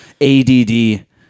add